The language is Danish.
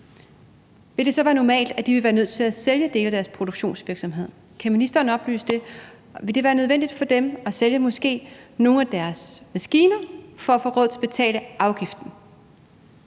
vil det så være normalt, at de vil være nødt til at sælge dele af deres produktionsvirksomhed? Kan ministeren oplyse om det? Vil det være nødvendigt for dem måske at sælge nogle af deres maskiner for at få råd til at betale afgiften?